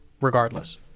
regardless